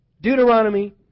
Deuteronomy